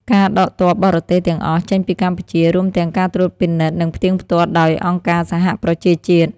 ការដកទ័ពបរទេសទាំងអស់ចេញពីកម្ពុជា រួមទាំងការត្រួតពិនិត្យ និងផ្ទៀងផ្ទាត់ដោយអង្គការសហប្រជាជាតិ។